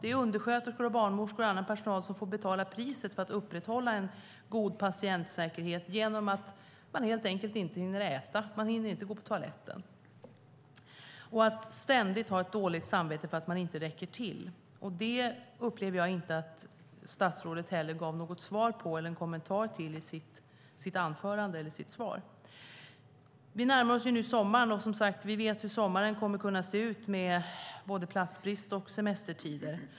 Det är undersköterskor, barnmorskor och annan personal som får betala priset för att upprätthålla en god patientsäkerhet genom att de helt enkelt inte hinner äta, inte hinner gå på toaletten och ständigt har ett dåligt samvete för att de inte räcker till. Det upplever jag inte att statsrådet gav något svar på eller någon kommentar till i sitt svar. Vi närmar oss nu sommaren. Vi vet hur sommaren kommer att kunna se ut med både platsbrist och semestertider.